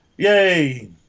Yay